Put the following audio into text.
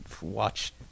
watch